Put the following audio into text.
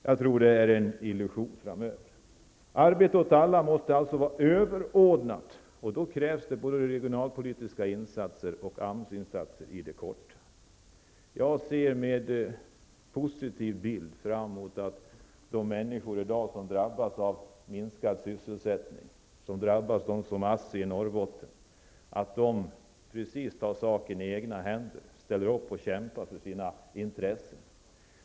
Jag tror att det är en illusion. Arbete åt alla måste vara ett överordnat mål. Då krävs det både regionalpolitiska insatser och AMS-insatser. Jag ser positivt på att människor som i dag drabbas av minskad sysselsättning, t.ex. vid ASSI i Norrbotten, tar saken i egna händer, ställer upp och kämpar för sina intressen.